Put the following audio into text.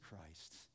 Christ